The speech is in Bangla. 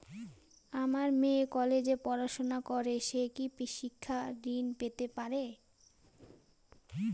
আমার মেয়ে কলেজে পড়াশোনা করে সে কি শিক্ষা ঋণ পেতে পারে?